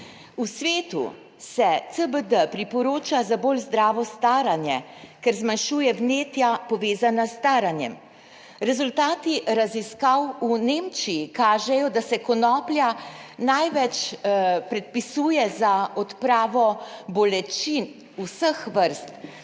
V svetu se CBD priporoča za bolj zdravo staranje, ker zmanjšuje vnetja, povezana s staranjem. Rezultati raziskav v Nemčiji kažejo, da se konoplja največ predpisuje za odpravo bolečin vseh vrst